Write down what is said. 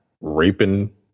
raping